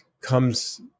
comes